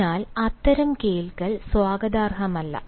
അതിനാൽ അത്തരം കേൾക്കൽ സ്വാഗതാർഹമല്ല